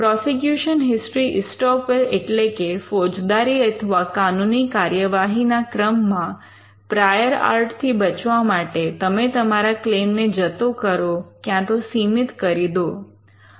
prosecution history estoppel એટલે કે ફોજદારી અથવા કાનૂની કાર્યવાહી ના ક્રમમાં પ્રાયોર આર્ટ થી બચવા માટે તમે તમારા ક્લેમ્ ને જતો કરો ક્યાં તો સીમિત કરી દો